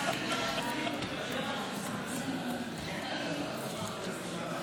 של חבר הכנסת יונתן מישרקי,